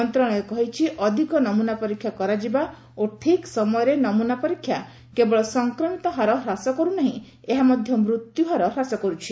ମନ୍ତ୍ରଣାଳୟ କହିଛି ଅଧିକ ନମ୍ରନା ପରୀକ୍ଷା କରାଯିବା ଓ ଠିକ୍ ସମୟରେ ନମୁନା ପରୀକ୍ଷା କେବଳ ସଂକ୍ରମିତ ହାର କମ୍ କର୍ ନାହିଁ ଏହା ମଧ୍ୟ ମୃତ୍ୟୁ ହାର କମ୍ କରୁଛି